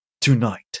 tonight